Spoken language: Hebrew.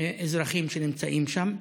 אזרחים שנמצאים שם.